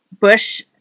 bush